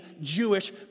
Jewish